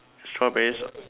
strawberries